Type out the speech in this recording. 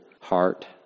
heart